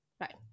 Right